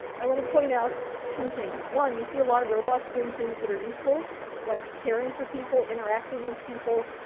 i wanna point out two things, one, you see a lot of robots doing things that are useful like caring for people, interacting with people,